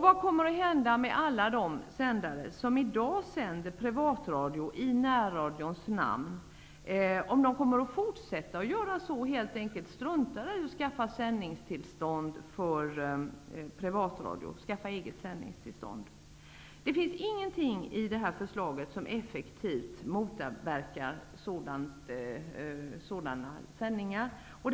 Vad kommer att hända med alla dem som i dag sänder privatradio i närradions namn? Kommer de att fortsätta med att strunta i att skaffa eget sändningstillstånd? Det finns ingenting i det här förslaget som säger att sådana sändningar effektivt kommer att motverkas.